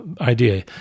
idea